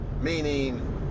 meaning